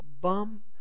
bum